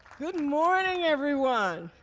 good morning, everyone.